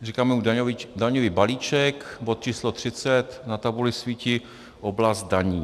Říkáme mu daňový balíček, bod číslo 30, na tabuli svítí oblast daní.